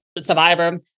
survivor